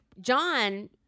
John